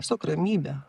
tiesiog ramybė